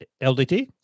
LDT